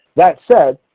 that said,